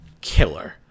killer